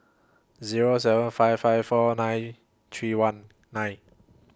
Zero seven five five four nine three one nine